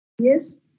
yes